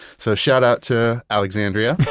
so shout-out to alexandria.